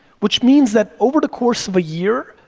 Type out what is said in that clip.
which means that over the course of a year,